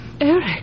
Eric